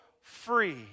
free